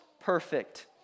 perfect